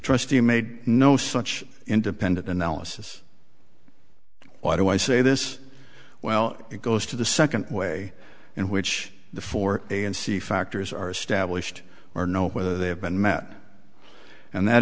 trustee made no such independent analysis why do i say this well it goes to the second way in which the four a and c factors are stablished or know whether they have been met and that